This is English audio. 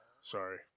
Sorry